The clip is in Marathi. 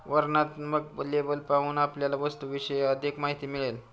वर्णनात्मक लेबल पाहून आपल्याला वस्तूविषयी अधिक माहिती मिळेल